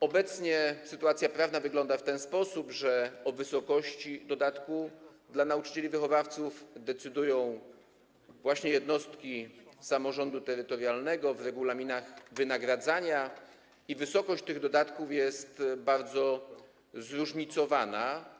Obecnie sytuacja prawna wygląda w ten sposób, że o wysokości dodatku dla nauczycieli wychowawców decydują właśnie jednostki samorządu terytorialnego w regulaminach wynagradzania i wysokość tych dodatków jest bardzo zróżnicowana.